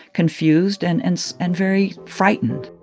confused and and so and very frightened.